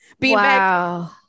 Wow